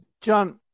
John